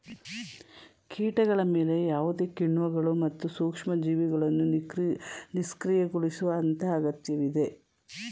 ಕೀಟಗಳ ಮೇಲೆ ಯಾವುದೇ ಕಿಣ್ವಗಳು ಮತ್ತು ಸೂಕ್ಷ್ಮಜೀವಿಗಳನ್ನು ನಿಷ್ಕ್ರಿಯಗೊಳಿಸುವ ಹಂತ ಅಗತ್ಯವಿದೆ